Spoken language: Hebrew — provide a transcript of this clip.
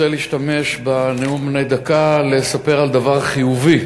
רוצה להשתמש בנאום בן דקה לספר על דבר חיובי,